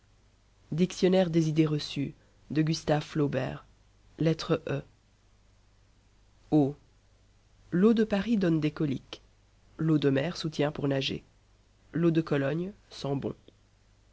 e eau l'eau de paris donne des coliques l'eau de mer soutient pour nager l'eau de cologne sent bon